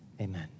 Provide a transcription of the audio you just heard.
amen